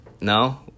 No